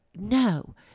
no